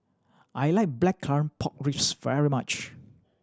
I like Blackcurrant Pork Ribs very much